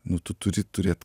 nu tu turi turėt